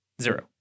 Zero